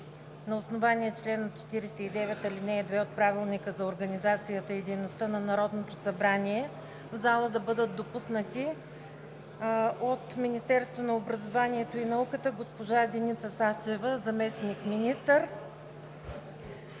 на основание чл. 49, ал. 2 от Правилника за организацията и дейността на Народното събрание в залата да бъдат допуснати: от Министерството на образованието и науката: госпожа Деница Сачева – заместник-министър;